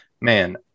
Man